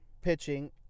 pitching